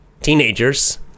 teenagers